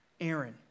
Aaron